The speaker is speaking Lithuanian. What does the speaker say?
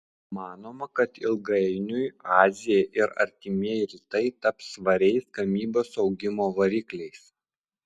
manoma kad ilgainiui azija ir artimieji rytai taps svariais gamybos augimo varikliais